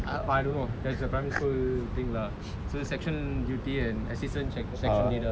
I don't know that's the primary school thing lah so the section duty and assistant secondary section leader